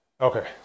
Okay